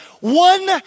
One